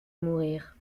mourir